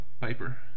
Piper